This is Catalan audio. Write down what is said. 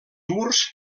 murs